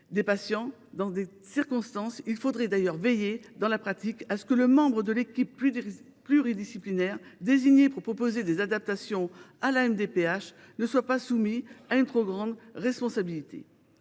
des patients. Dans ces circonstances, il faudra veiller en pratique à ce que le membre de l’équipe pluridisciplinaire désigné pour proposer des adaptations à la MDPH ne soit pas soumis à une trop grande responsabilité.